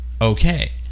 okay